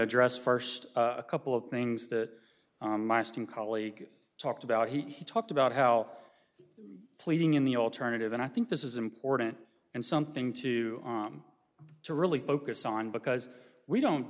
address first a couple of things that my skin colleague talked about he talked about how pleading in the alternative and i think this is important and something to to really focus on because we don't